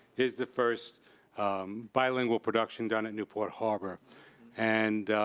is the first bilingual production down at newport harbor and